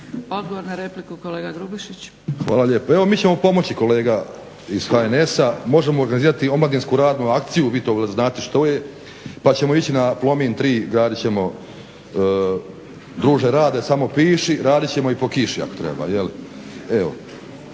Odgovor na repliku, kolega Grubišić. **Grubišić, Boro (HDSSB)** Hvala lijepa. Evo mi ćemo pomoći kolega iz HNS-a, možemo organizirati omladinsku radnu akciju, vi to već znate što je, pa ćemo ići na Plomin 3 gradit ćemo druže Rade samo piši, radit ćemo i po kiši ako treba